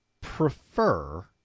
prefer